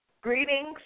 Greetings